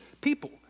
people